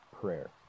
prayer